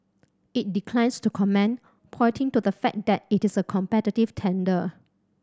it declined to comment pointing to the fact that it is a competitive tender